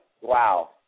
wow